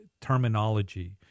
terminology